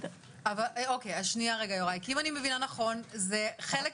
אם אני מבינה נכון, זה חלק